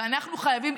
ואנחנו חייבים,